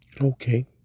Okay